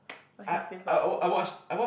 but he still powerful